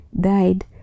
died